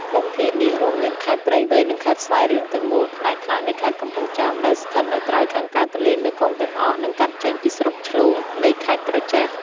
ភូមិភាគនេះរួមមានខេត្តព្រៃវែង និងខេត្តស្វាយរៀងទាំងមូល ផ្នែកខ្លះនៃខេត្តកំពង់ចាមដែលស្ថិតនៅត្រើយខាងកើតទន្លេមេគង្គទាំងអស់ និងកាត់ចេញពីស្រុកឆ្លូងនៃខេត្តក្រចេះ។